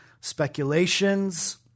speculations